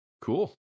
Cool